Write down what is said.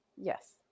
yes